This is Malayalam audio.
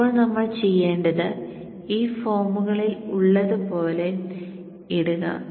ഇപ്പോൾ നമ്മൾ ചെയ്യേണ്ടത് ഈ ഫോമുകളിൽ ഉള്ളതുപോലെ ഇടുക